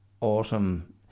autumn